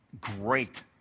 Great